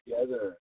together